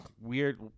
weird